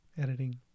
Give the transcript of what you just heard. editing